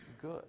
good